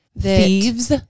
Thieves